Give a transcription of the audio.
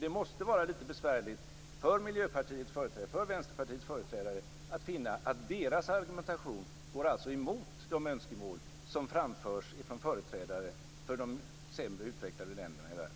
Det måste vara lite besvärligt för Miljöpartiets och Vänsterpartiets företrädare att finna att deras argumentation går emot de önskemål som framförts av företrädare för de sämre utvecklade länderna i världen.